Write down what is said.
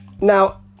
Now